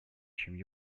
чем